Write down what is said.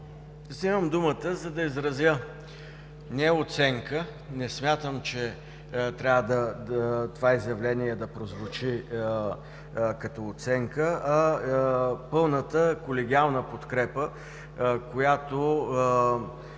Взимам думата, за да изразя не оценка – не смятам, че това изявление трябва да прозвучи като оценка, а пълната колегиална подкрепа, която